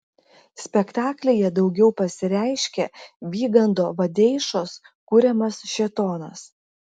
spektaklyje daugiau pasireiškia vygando vadeišos kuriamas šėtonas